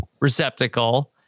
receptacle